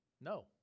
No